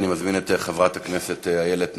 אני מזמין את חברת הכנסת איילת נחמיאס,